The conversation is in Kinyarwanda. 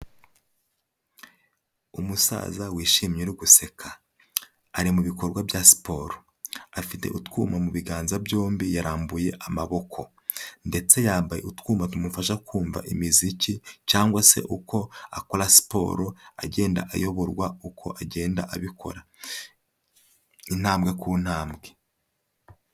Umusaza wishimye uri guseka ari mu bikorwa bya siporo, afite utwuma mu biganza byombi, yarambuye amaboko ndetse yambaye utwuma tumufasha kumva imiziki cyangwa se uko akora siporo agenda ayoborwa uko agenda abikora, intambwe ku ntambwe.